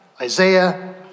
Isaiah